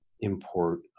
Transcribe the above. import